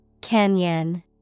Canyon